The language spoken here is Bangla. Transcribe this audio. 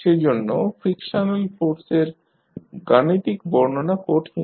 সেজন্য ফ্রিকশনাল ফোর্সের গাণিতিক বর্ণনা কঠিন